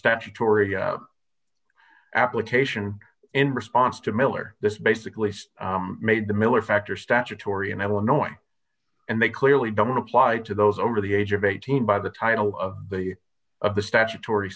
statutory application in response to miller this basically just made the miller factor statutory and illinois and they clearly don't apply to those over the age of eighteen by the title of the of the statutory